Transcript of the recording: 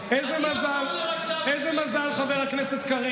שאתה לא צריך להזכיר שמות של חברי כנסת.